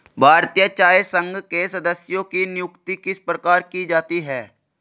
भारतीय चाय संघ के सदस्यों की नियुक्ति किस प्रकार की जाती है?